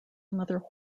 another